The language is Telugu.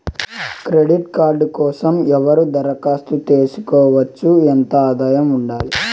క్రెడిట్ కార్డు కోసం ఎవరు దరఖాస్తు చేసుకోవచ్చు? ఎంత ఆదాయం ఉండాలి?